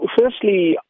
Firstly